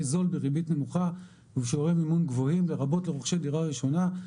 זול בריבית נמוכה ובשיעורי מימון גבוהים לרבות לרוכשי דירה ראשונה.